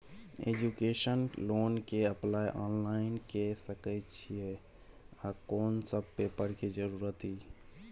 Education loan के apply online के सके छिए आ कोन सब पेपर के जरूरत इ?